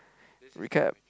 recap